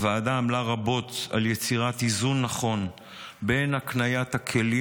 הוועדה עמלה רבות על יצירת איזון נכון בין הקניית הכלים